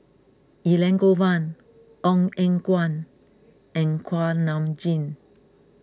Elangovan Ong Eng Guan and Kuak Nam Jin